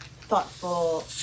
thoughtful